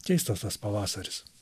keistas tas pavasaris